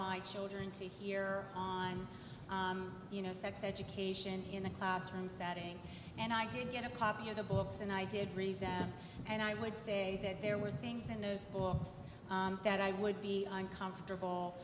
my children to hear on you know sex education in a classroom setting and i didn't get a copy of the books and i did read them and i would say there were things in those books that i would be uncomfortable